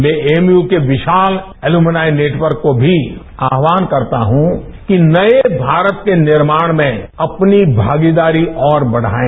मैं एएमयू के विशाल एल्यूमुनाय नेटवर्क को भी आह्वान करता हूं कि नए भारत के निर्माण में अपनी भागीदारी और बढाएं